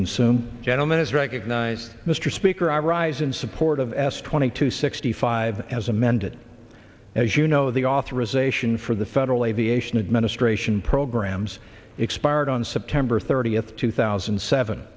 consume gentleman is recognized mr speaker i rise in support of s twenty two sixty five as amended as you know the authorization for the federal aviation administration programs expired on september thirtieth two thousand and seven